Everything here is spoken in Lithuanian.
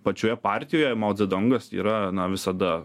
pačioje partijoje mao dzedongas yra visada